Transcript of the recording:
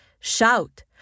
Shout